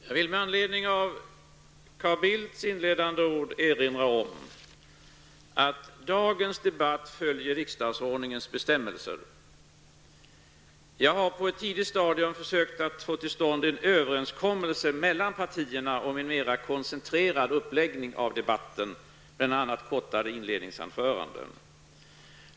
Jag vill med anledning av Carl Bildts inledande ord erinra om att dagens debatt följer riksdagsordningens bestämmelser. Jag har på ett tidigt stadium försökt att få till stånd en överenskommelse mellan partierna om en mera koncentrerad uppläggning av debatten med bl.a. kortare inledningsanföranden.